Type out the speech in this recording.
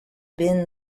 been